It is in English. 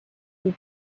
who